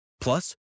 Plus